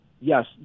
yes